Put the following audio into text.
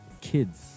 kids